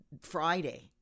Friday